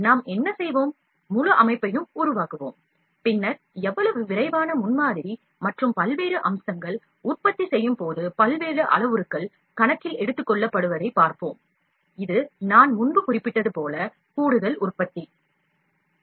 நாம் என்ன செய்வோம் முழு அமைப்பையும் உருவாக்குவோம் பின்னர் எவ்வளவு விரைவான முன்மாதிரி மற்றும் பல்வேறு அம்சங்கள் உற்பத்தி செய்யும் போது பல்வேறு அளவுருக்கள் கணக்கில் எடுத்துக்கொள்ளப்படுவதைப் பார்ப்போம் இது நான் முன்பு குறிப்பிட்டது போல கூடுதல் உற்பத்தியை உருவாக்குவது